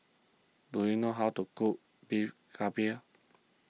do you know how to cook Beef Galbi